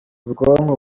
ubwonko